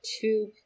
two